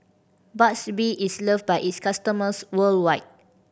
Burt's Bee is loved by its customers worldwide